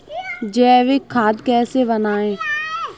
जैविक खाद कैसे बनाएँ?